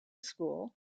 school